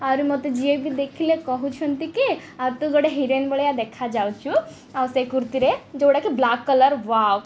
ଆହୁରି ମୋତେ ଯିଏ ବିି ଦେଖିଲେ କହୁଛନ୍ତି କି ଆଉ ତୁ ଗୋଟେ ହିରୋଇନ ଭଳିଆ ଦେଖା ଯାଉଛୁ ଆଉ ସେ କୁର୍ତ୍ତୀରେ ଯେଉଁଟାକି ବ୍ଲାକ୍ କଲର୍ ୱାଓ